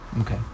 Okay